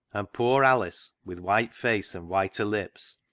and poor alice, with white face and whiter lips,